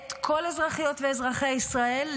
את כל אזרחיות ואזרחי ישראל,